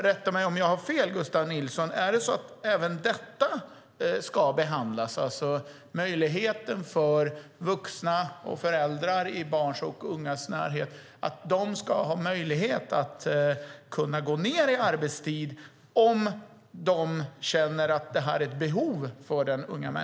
Rätta mig om jag har fel, Gustav Nilsson: Är det så att även detta ska behandlas, alltså möjligheten för vuxna och föräldrar i barns och ungas närhet att kunna gå ned i arbetstid om de känner att den unga människan har behov av det?